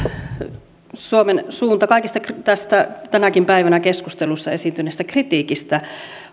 suomen suunta kaikesta tästä tänäkin päivänä keskustelussa esiintyneestä kritiikistä